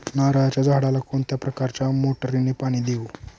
नारळाच्या झाडाला कोणत्या प्रकारच्या मोटारीने पाणी देऊ?